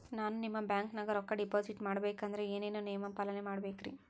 ನಾನು ನಿಮ್ಮ ಬ್ಯಾಂಕನಾಗ ರೊಕ್ಕಾ ಡಿಪಾಜಿಟ್ ಮಾಡ ಬೇಕಂದ್ರ ಏನೇನು ನಿಯಮ ಪಾಲನೇ ಮಾಡ್ಬೇಕ್ರಿ?